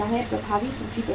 प्रभावी सूची प्रबंधन